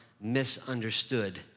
misunderstood